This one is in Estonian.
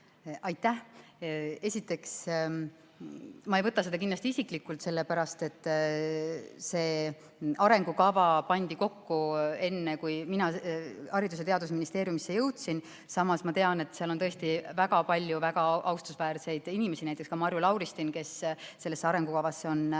Aitäh! Esiteks, ma ei võta seda kindlasti isiklikult, sest see arengukava pandi kokku enne, kui mina Haridus‑ ja Teadusministeeriumisse jõudsin. Samas tean ma, et on tõesti väga palju väga austusväärseid inimesi, näiteks Marju Lauristin, kes sellesse arengukavasse on